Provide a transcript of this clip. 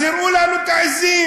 אז הראו לנו את העזים.